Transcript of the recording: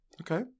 Okay